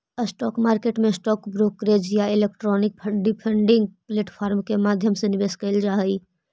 stock market में stock brokerage या electronic trading platform के माध्यम से निवेश कैल जा हइ